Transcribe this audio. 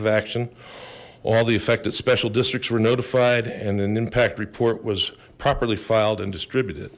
of action all the effect that special districts were notified and an impact report was properly filed and distributed